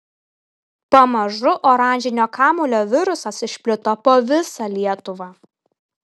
pamažu oranžinio kamuolio virusas išplito po visą lietuvą